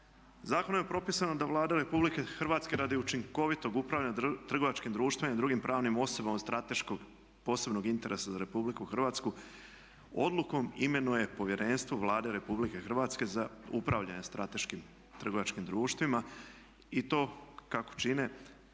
Zakonom je propisano da Vlada RH radi učinkovitog upravljanja trgovačkim društvima i drugim pravnim osobama od strateškog posebnog interesa za Republiku Hrvatsku odlukom imenuje povjerenstvo Vlade RH za upravljanje strateškim trgovačkim društvima i to kako čine,